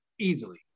easily